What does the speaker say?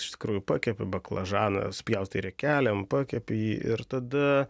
iš tikrųjų pakepi baklažaną supjaustai riekelėm pakepi jį ir tada